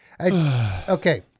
Okay